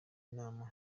inama